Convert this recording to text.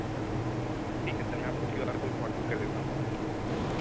ठीक है सर मैं आपको क्यू आर कोड वाट्सअप कर देता हूँ